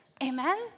Amen